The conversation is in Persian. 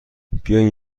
بیاین